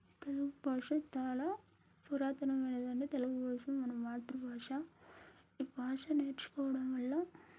తెలుగు భాష చాలా పురాతనమైనది అండి తెలుగు భాష మన మాతృ భాష ఈ భాష నేర్చుకోవడం వల్ల